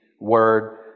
word